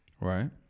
Right